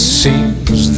seems